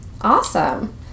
Awesome